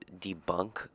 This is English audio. debunk